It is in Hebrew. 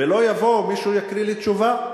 ולא יבוא מישהו ויקריא לי תשובה.